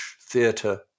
theatre